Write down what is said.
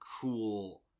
cool